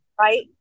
Right